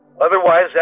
Otherwise